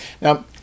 Now